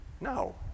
No